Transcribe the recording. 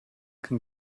can